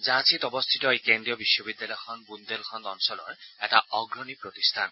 ঝালীত অৱস্থিত এই কেন্দ্ৰীয় বিশ্ববিদ্যালয়খন বুণ্ডেলখণ্ড অঞ্চলৰ এটা অগ্ৰণী প্ৰতিষ্ঠান